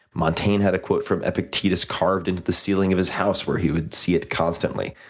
montaigne had a quote from epictetus carved into the ceiling of his house where he would see it constantly.